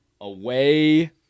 Away